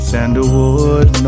Sandalwood